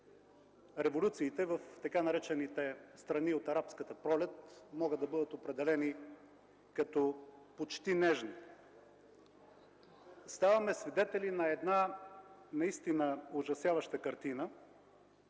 революциите в така наречените страни от Арабската пролет могат да бъдат определени като почти нежни. Ставаме свидетели на наистина ужасяваща картина